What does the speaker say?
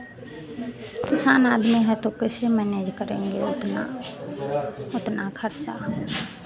किसान आदमी है तो कैसे मैनेज करेंगे उतना उतना खर्चा हम